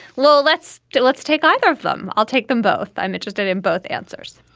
well let's let's take either of them. i'll take them both. i'm interested in both answers